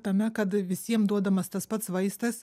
tame kad visiems duodamas tas pats vaistas